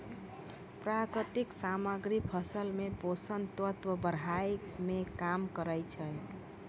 प्राकृतिक सामग्री फसल मे पोषक तत्व बढ़ाय में काम करै छै